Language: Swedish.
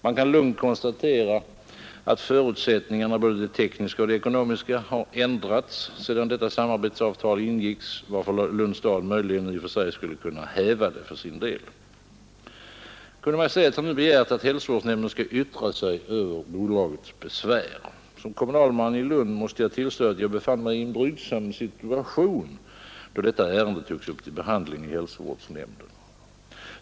Man kan lugnt konstatera att förutsättningarna, både de tekniska och de ekonomiska, har ändrats sedan samarbetsavtalet ingicks, varför Lunds stad kanske i och för sig skulle kunna häva det för sin del. Kungl. Maj:t har nu begärt att hälsovårdsnämnden skall yttra sig över bolagets besvär. Jag måste tillstå att jag såsom kommunalman befann mig i en brydsam situation då ärendet upptogs till behandling i Lunds hälsovårdsnämnd.